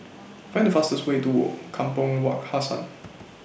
Find The fastest Way to Kampong Wak Hassan